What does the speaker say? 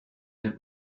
der